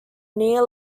near